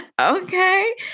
Okay